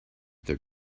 their